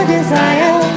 Desire